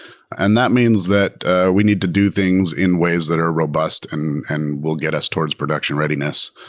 and that means that we need to do things in ways that are robust and and will get us towards production readiness.